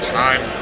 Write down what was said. time